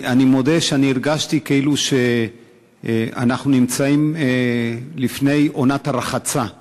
אני מודה שאני הרגשתי כאילו אנחנו נמצאים לפני עונת הרחצה בים: